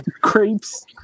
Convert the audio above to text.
creeps